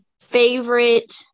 favorite